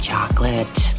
Chocolate